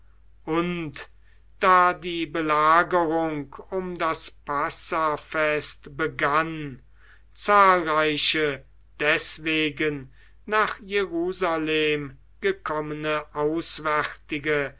und da die belagerung um das passahfest begann zahlreiche deswegen nach jerusalem gekommene auswärtige